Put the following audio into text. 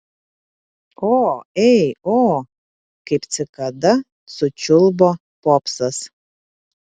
o ei o kaip cikada sučiulbo popsas